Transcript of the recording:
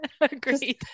agreed